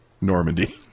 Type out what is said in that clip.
Normandy